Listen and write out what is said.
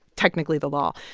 technically, the law.